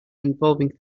involving